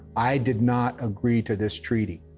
i did not agree to this treaty.